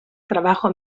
trabajo